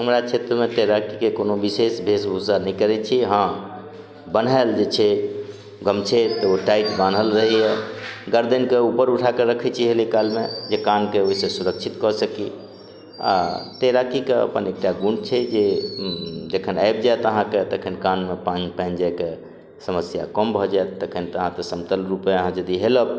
हमरा क्षेत्रमे तैराकीके कोनो विशेष वेशभूषा नहि करै छी हँ बन्हैल जे छै गमछै तऽ ओ टाइट बान्हल रहैये गार्दैनके ऊपर उठाके रखै छी हेलै कालमे जे कानके ओहिसँ सुरक्षित कऽ सकी आ तैराकीके अपन एकटा गुण छै जे जखन आबि जाएत अहाँके तखन कानमे पानि पानि जाएके समस्या कम भऽ जाएत तखन तऽ अहाँ तऽ समतल रूपे अहाँ यदि हेलब